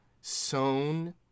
sown